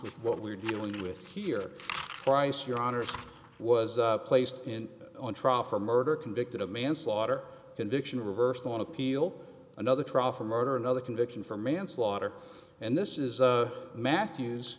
with what we're dealing with here price your honour's was placed in on trial for murder convicted of manslaughter conviction reversed on appeal another trial for murder another conviction for manslaughter and this is matthew